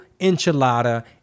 enchilada